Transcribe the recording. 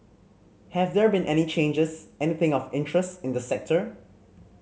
have there been any changes anything of interest in the sector